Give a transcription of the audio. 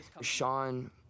Sean